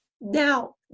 Now